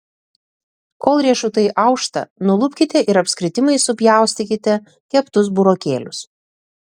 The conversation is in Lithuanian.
kol riešutai aušta nulupkite ir apskritimais supjaustykite keptus burokėlius